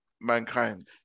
mankind